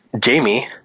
Jamie